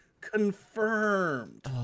Confirmed